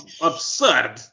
absurd